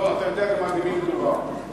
אתה כבר יודע במי מדובר.